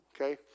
okay